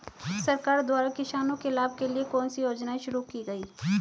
सरकार द्वारा किसानों के लाभ के लिए कौन सी योजनाएँ शुरू की गईं?